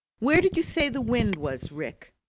where did you say the wind was, rick?